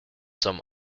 some